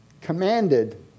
commanded